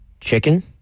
chicken